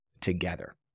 together